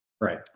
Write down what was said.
Right